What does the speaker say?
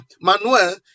Manuel